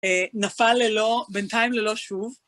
נפל ללא, בינתיים ללא שוב.